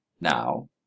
now